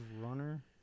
Runner